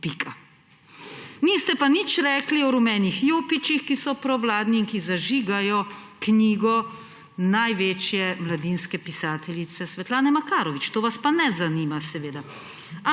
Niste pa nič rekli o rumenih jopičih, ki so provladni in ki zažigajo knjigo največje mladinske pisateljice Svetlane Makarovič. To vas pa seveda